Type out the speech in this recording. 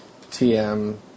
TM